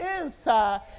inside